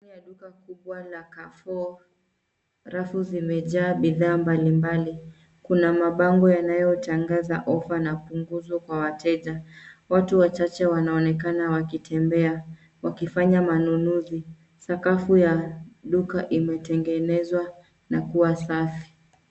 Ndani ya duka kubwa la Carrefour rafu zimejaa bidhaa mbalimbali. Kuna mabango yanayotangaza ofa na punguzo kwa wateja. Watu wachache wanaonekana wakitembea wakifanya manunuzi. Sakafu ya duka imetengenezwa na kuwa safi.